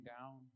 down